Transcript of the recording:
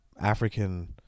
African